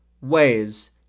ways